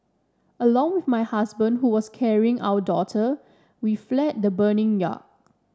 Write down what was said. along with my husband who was carrying our daughter we fled the burning yacht